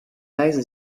leise